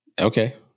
Okay